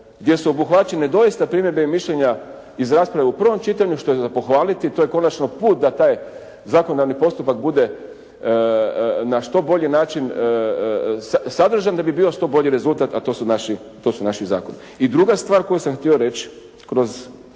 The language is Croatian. gdje su obuhvaćene doista primjedbe i mišljenja iz rasprave u prvom čitanju što je za pohvaliti. To je konačno put da taj zakonodavni postupak bude na što bolji način sadržan da bi bio što bolji rezultat a to su naši, to su naši zakoni. I druga stvar koju sam htio reći kroz